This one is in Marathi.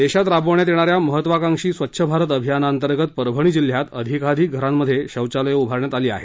देशात राबवण्यात येणा या महत्वाकांक्षी स्वच्छ भारत अभियाना अंतर्गत परभणी जिल्ह्यात अधिकाधिक घरांमध्ये शौचालय्र उभारण्यात आली आहेत